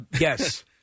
Yes